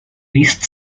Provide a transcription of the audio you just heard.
least